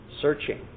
searching